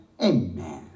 Amen